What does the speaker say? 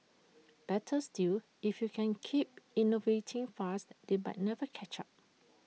better still if you can keep innovating fast they but never catch up